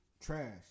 trash